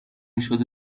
شده